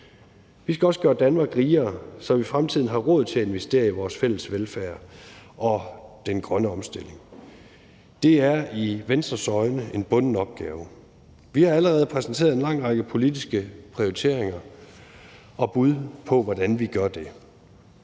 Vi skal også gøre Danmark rigere, så vi i fremtiden har råd til at investere i vores fælles velfærd og den grønne omstilling. Det er i Venstres øjne en bunden opgave. Vi har allerede præsenteret en lang række politiske prioriteringer og bud på, hvordan vi gør det.